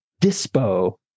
dispo